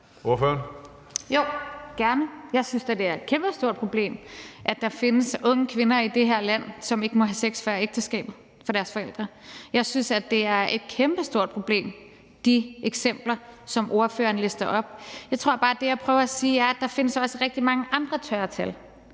Jeg synes da, det er et kæmpestort problem, at der findes unge kvinder i det her land, som ikke må have sex før ægteskabet for deres forældre. Jeg synes, at de eksempler, som ordføreren lister op, er et kæmpestort problem. Det, jeg bare prøver at sige, er, at der også findes rigtig mange andre tørre tal,